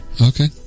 okay